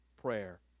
prayer